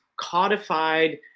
codified